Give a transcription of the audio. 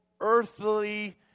earthly